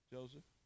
Joseph